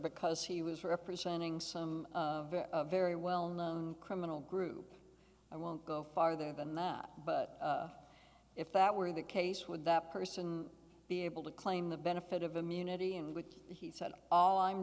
because he was representing some very well known criminal group i won't go farther than that but if that were the case would that person be able to claim the benefit of immunity in which he said all i'm